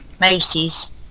macy's